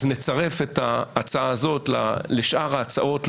אז נצרף את ההצעה הזאת לשאר ההצעות,